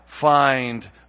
find